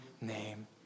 name